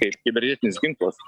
kaip kibernetinis ginklas